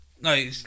No